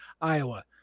iowa